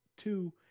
two